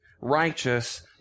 righteous